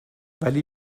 ولی